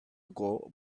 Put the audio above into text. ago